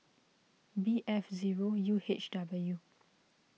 B F zero U H W